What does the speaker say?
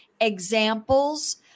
examples